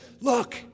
look